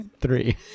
three